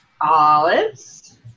Olives